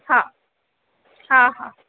हा हा हा